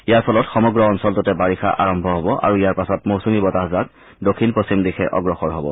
ইয়াৰ ফলত সমগ্ৰ অঞ্চলটোতে বাৰিষা আৰম্ভ হব আৰু ইয়াৰ পাছত মৌচুমী বতাহজাক দক্ষিণ পশ্চিম দিশে অগ্লসৰ হ'ব